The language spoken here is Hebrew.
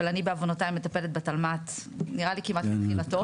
אבל אני בעוונותיי מטפלת בתלמ"ת כמעט מתחילתו.